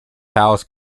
house